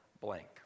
blank